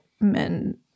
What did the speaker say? men